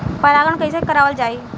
परागण कइसे करावल जाई?